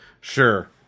Sure